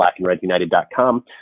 blackandredunited.com